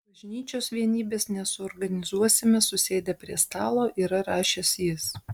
bažnyčios vienybės nesuorganizuosime susėdę prie stalo yra rašęs jis